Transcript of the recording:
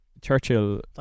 Churchill